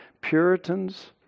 Puritans